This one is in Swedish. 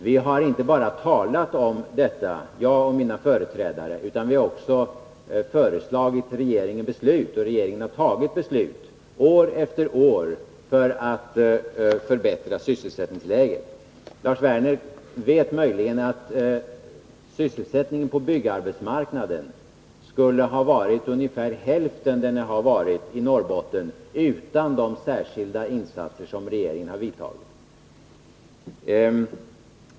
Vi har inte bara talat om detta, jag och mina företrädare, utan vi har också föreslagit regeringen att fatta vissa beslut, och regeringen har fattat beslut år efter år för att förbättra sysselsättningsläget. Lars Werner vet möjligen att sysselsättningen på byggarbetsmarknaden skulle ha varit ungefär hälften av vad den nu varit i Norrbotten utan de särskilda insatser som regeringen gjort.